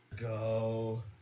Go